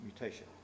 mutation